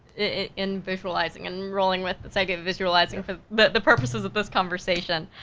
in visualizing, and rolling with, it's like visualizing for the purposes of this conversation.